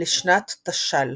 לשנת תש"ל.